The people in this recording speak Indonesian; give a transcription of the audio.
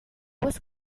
bus